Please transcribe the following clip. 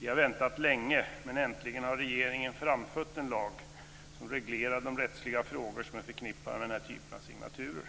Vi har väntat länge, men äntligen har regeringen framfött en lag som reglerar de rättsliga frågor som är förknippade med den här typen av signaturer.